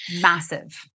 Massive